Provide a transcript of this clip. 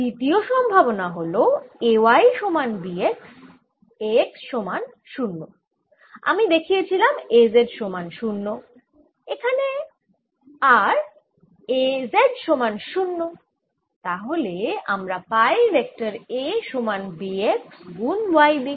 দ্বিতীয় সম্ভাবনা হল A y সমান B x A x সমান 0 আমি দেখিয়েছিলাম A z সমান 0 এখানে আর A z সমান 0তাহলে আমরা পাই ভেক্টর A সমান B x গুন y দিক